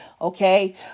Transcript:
okay